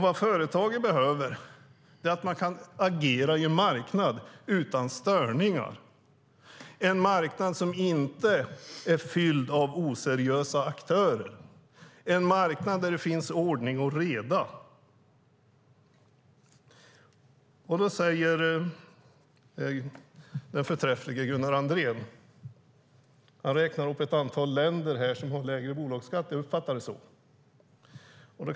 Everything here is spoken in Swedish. Vad företagen behöver är att kunna agera på en marknad utan störningar, som inte är fylld av oseriösa aktörer och där det är ordning och reda. Den förträfflige Gunnar Andrén räknade upp ett antal länder som har lägre bolagsskatt - jag uppfattade det så.